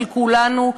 של כולנו,